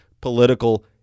political